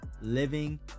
living